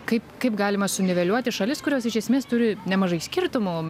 kaip kaip galima suniveliuoti šalis kurios iš esmės turi nemažai skirtumų